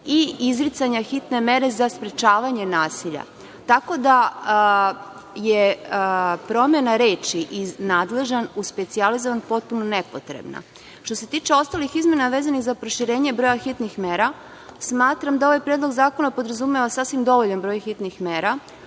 i izricanje hitne mere za sprečavanje nasilja, tako da je promena reči iz „nadležan“ u „specijalizovan“ potpuno nepotrebna. Što se tiče ostalih izmena vezanih za proširenje broja hitnih mera, smatram da ovaj Predlog zakona podrazumeva sasvim dovoljan broj hitnih mera